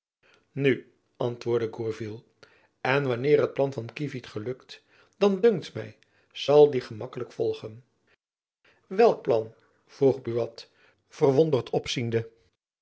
nu antwoordde gourville en wanneer het plan van kievit gelukt dan dunkt my zal die gemakkelijk volgen welk plan vroeg buat verwonderd opziende